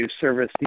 service